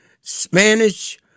Spanish